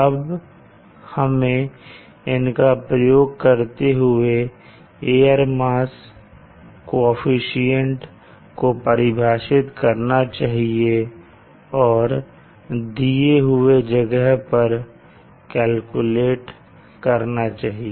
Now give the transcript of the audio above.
अब हमें इनका प्रयोग करते हुए एयर मास कोअफिशन्ट को परिभाषित करना चाहिए और दिए हुए जगह पर कैलकुलेट करना चाहिए